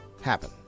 happen